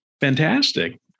Fantastic